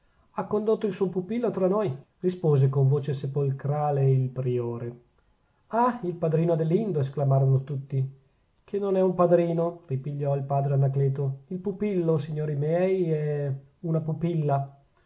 ha condotto il suo pupillo tra noi rispose con voce sepolcrale il priore ah il padrino adelindo esclamarono tutti che non è un padrino ripigliò il padre anacleto il pupillo signori miei è una pupilla